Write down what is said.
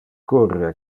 curre